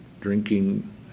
drinking